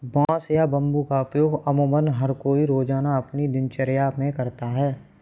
बांस या बम्बू का उपयोग अमुमन हर कोई रोज़ाना अपनी दिनचर्या मे करता है